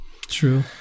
True